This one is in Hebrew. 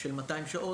של 14 שעות,